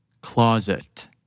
Closet